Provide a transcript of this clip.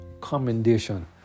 commendation